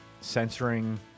censoring